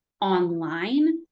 online